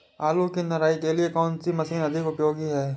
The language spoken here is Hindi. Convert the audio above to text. आलू की निराई के लिए कौन सी मशीन अधिक उपयोगी है?